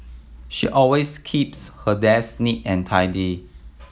she always keeps her desk neat and tidy